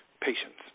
patients